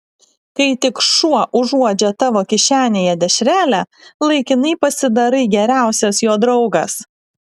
kai tik šuo užuodžia tavo kišenėje dešrelę laikinai pasidarai geriausias jo draugas